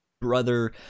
brother